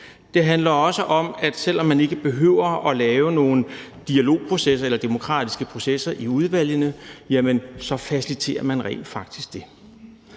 Det handler også om, at selv om man ikke behøver at lave nogen dialogprocesser eller demokratiske processer i udvalgene, faciliterer man dem rent faktisk.